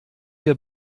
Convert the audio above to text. ihr